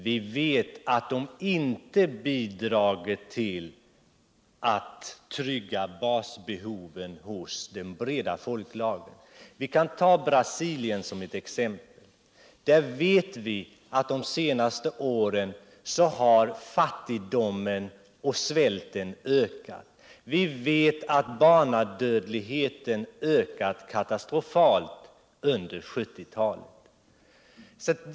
Vi vet att dessa företag inte har bidragit till att trygga basbehoven hos de breda folktagren. Vi kan ta Brasilien som exempel. Där vet vi att under de senaste åren har fattigdomen och svälten ökat. Vi vet att barnadödligheten har ökat katastrofalt under 1970-talet.